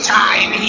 time